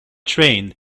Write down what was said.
train